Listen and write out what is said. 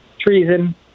treason